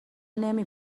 نمی